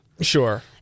Sure